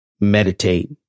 meditate